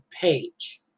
page